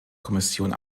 kommission